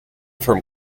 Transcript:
from